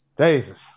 Jesus